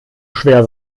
schwer